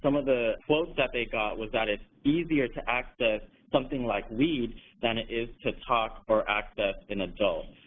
um of the quotes that they got was that it's easier to access something like weed than it is to talk or access an adult.